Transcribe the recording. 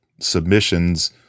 submissions